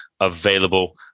available